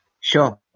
Sure